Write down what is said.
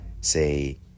say